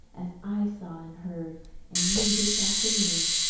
as i saw and heard and knew this afternoon.